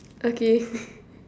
okay